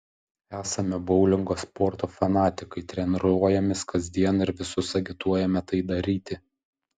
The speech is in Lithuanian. esame boulingo sporto fanatikai treniruojamės kasdien ir visus agituojame tai daryti